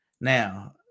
Now